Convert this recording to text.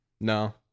No